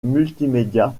multimédia